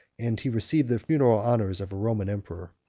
and he received the funeral honors of a roman emperor.